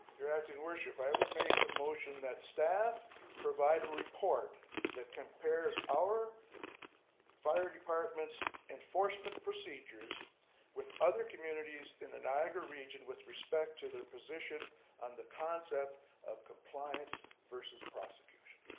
your acting worship, i would make the motion that staff provide a report that compares our fire department's enforcement procedures with other communities in the niagara region with respect to their position on the concept of compliance versus prosecution.